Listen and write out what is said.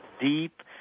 deep